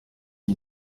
iyi